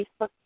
Facebook